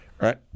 right